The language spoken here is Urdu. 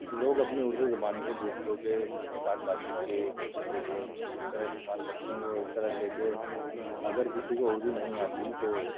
لوگ اپنی اُردو زبان کو دوسروں کے ساتھ بات چیت کے لیے جس طرح استعمال کرتے ہیں وہ اِس طرح سے ہے کہ اگر کسی کو اُردو نہیں آتی تو